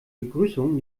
begrüßung